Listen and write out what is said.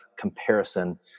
comparison